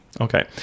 okay